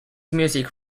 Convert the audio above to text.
music